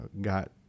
got